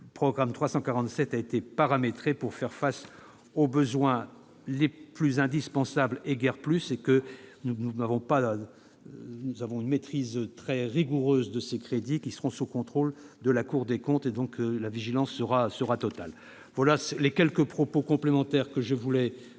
ce programme a été paramétré pour faire face aux besoins les plus indispensables, et guère plus. Nous avons une maîtrise très rigoureuse de ces crédits, sous le contrôle de la Cour des comptes. La vigilance sera donc totale. Tels sont les quelques propos complémentaires dont je voulais vous faire